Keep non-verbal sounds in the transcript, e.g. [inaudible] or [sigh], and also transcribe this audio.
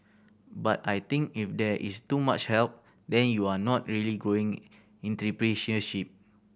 but I think if there is too much help then you are not really growing [unintelligible]